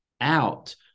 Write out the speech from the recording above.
out